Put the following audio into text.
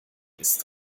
ist